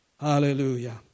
Hallelujah